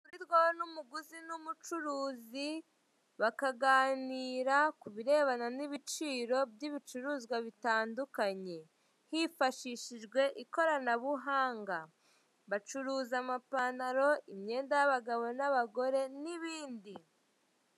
Ruhurirwaho n'umuguzi n'umucuruzi bakaganira kubirebana n'ibiciro by'ibicuruzwa bitandukanye. Hifashishijwe ikoranabuhanga. Bacuruza amapantaro imyenda y'abagabo n'abagore, n'ibindi.